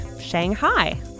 Shanghai